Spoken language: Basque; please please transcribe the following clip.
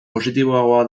positiboagoa